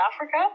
Africa